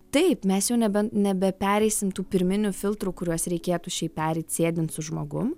taip mes jau nebe nebe pereisim tų pirminių filtrų kuriuos reikėtų šiaip pereiti sėdint su žmogum